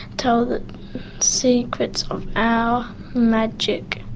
tell the secrets of our magic.